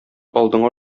алдыңа